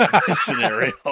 scenario